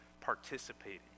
participating